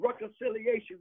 reconciliation